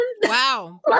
wow